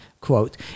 quote